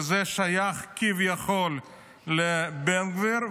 וזה שייך כביכול לבן גביר,